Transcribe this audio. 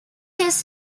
his